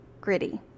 gritty